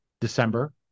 December